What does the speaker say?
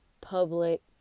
public